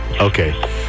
Okay